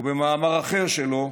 וכמאמר אחר שלו: